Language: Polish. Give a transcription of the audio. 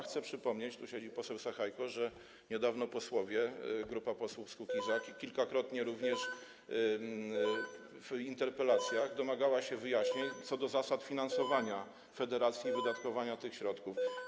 Chcę przypomnieć - tu siedzi poseł Sachajko - że niedawno grupa posłów z klubu Kukiz’15 kilkakrotnie, również w interpelacjach, domagała się wyjaśnień co do zasad finansowania federacji i wydatkowania tych środków.